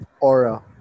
aura